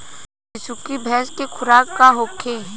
बिसुखी भैंस के खुराक का होखे?